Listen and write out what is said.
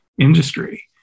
industry